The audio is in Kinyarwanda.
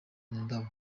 indabo